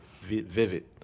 Vivid